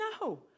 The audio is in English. no